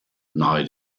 nahe